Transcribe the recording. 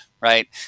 right